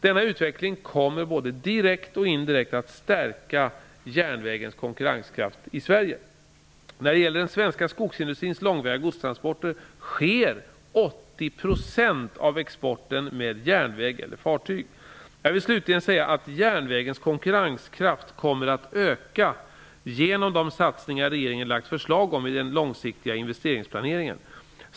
Denna utveckling kommer både direkt och indirekt att stärka järnvägens konkurrenskraft i Sverige. När det gäller den svenska skogsindustrins långväga godstransporter sker 80 % av exporten med järnväg eller fartyg. Jag vill slutligen säga att järnvägens konkurrenskraft kommer att öka genom de satsningar regeringen lagt fram förslag om i den långsiktiga investeringsplaneringen.